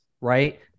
right